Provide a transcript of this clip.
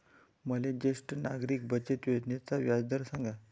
मले ज्येष्ठ नागरिक बचत योजनेचा व्याजदर सांगा